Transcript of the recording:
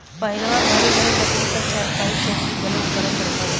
पहिलवां घरे घरे लकड़ी क चारपाई, चौकी बनल करत रहल